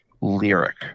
lyric